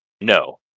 No